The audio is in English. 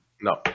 No